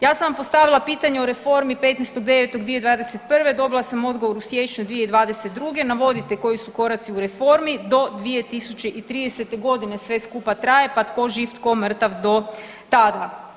Ja sam vam postavila pitanje o reformi 15.9.2021. dobila sam odgovor u siječnju 2022., navodite koji su koraci u reformi do 2030. godine sve skupa traje pa tko živ, tko mrtav do tada.